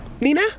Nina